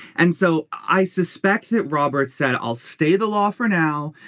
and so i suspect that roberts said i'll stay the law for now.